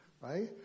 Right